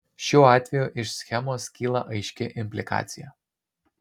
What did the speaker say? šiuo atveju iš schemos kyla aiški implikacija